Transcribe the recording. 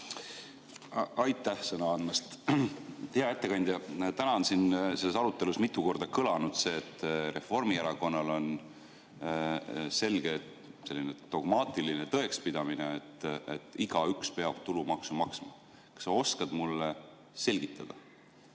Aitäh sõna andmast! Hea ettekandja! Täna on siin selles arutelus mitu korda kõlanud see, et Reformierakonnal on selge dogmaatiline tõekspidamine, et igaüks peab tulumaksu maksma. Kas sa oskad mulle selgitada,